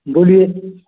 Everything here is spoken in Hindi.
बोलिए